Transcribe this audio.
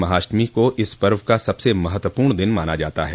महाअष्टमी को इस पर्व का सबसे महत्वपूर्ण दिन माना जाता है